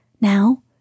Now